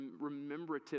remembrative